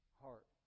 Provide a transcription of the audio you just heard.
heart